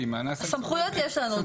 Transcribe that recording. סמכויות יש לנו.